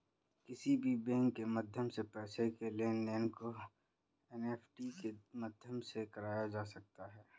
किसी भी बैंक के माध्यम से पैसे के लेनदेन को नेफ्ट के माध्यम से कराया जा सकता है